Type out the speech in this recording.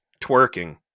twerking